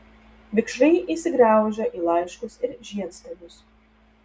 vikšrai įsigraužia į laiškus ir žiedstiebius